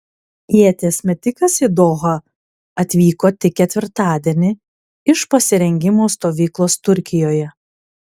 ieties metikas į dohą atvyko tik ketvirtadienį iš pasirengimo stovyklos turkijoje